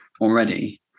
already